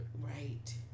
Right